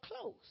close